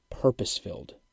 purpose-filled